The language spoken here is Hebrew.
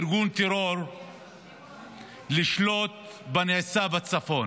חזקה עם צבא חזק מאפשרת לארגון טרור לשלוט בנעשה בצפון.